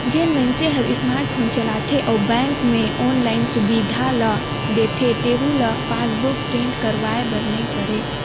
जेन मइनसे हर स्मार्ट फोन चलाथे अउ बेंक मे आनलाईन सुबिधा ल देथे तेहू ल पासबुक प्रिंट करवाये बर नई परे